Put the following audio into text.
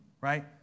right